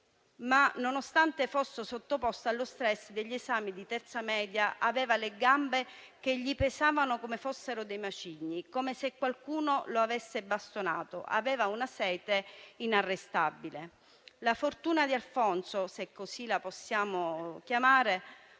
Nonostante fosse sottoposto allo *stress* degli esami di terza media, aveva le gambe che gli pesavano come se fossero dei macigni, come se qualcuno lo avesse bastonato e aveva una sete inarrestabile, continua. La fortuna di Alfonso - se così la possiamo chiamare